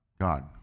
God